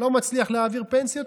לא מצליח להעביר פנסיות,